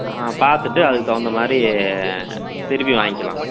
ஆ பார்த்துட்டு அதுக்கு தகுந்தமாதிரி திருப்பி வாங்கிலாம்